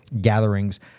gatherings